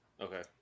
Okay